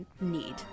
need